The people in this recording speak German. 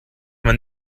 man